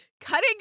cutting